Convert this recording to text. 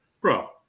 Bro